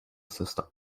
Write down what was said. system